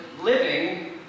living